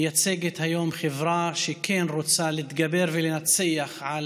מייצגת היום חברה שכן רוצה להתגבר ולנצח את